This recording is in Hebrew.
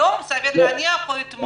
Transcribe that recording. היום, סביר להניח או אתמול?